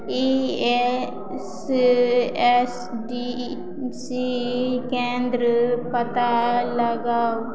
ई S S D C केन्द्र पता लगाउ